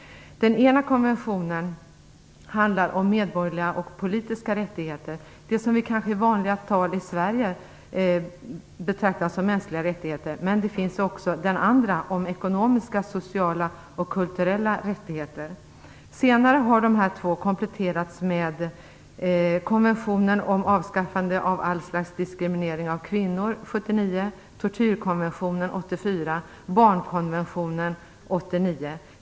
Den ena handlar om medborgerliga och politiska rättigheter, som är det som vi i dagligt tal i Sverige ofta brukar kalla mänskliga rättigheter, men det finns också en konvention om ekonomiska, sociala och kulturella rättigheter. Senare har dessa två konventioner kompletterats med konventionen om avskaffande av allt slags diskriminering av kvinnor, år 1979, tortyrkonventionen, från år 1984, och barnkonventionen, från år 1989.